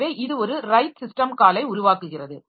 எனவே இது ஒரு ரைட் சிஸ்டம் காலை உருவாக்குகிறது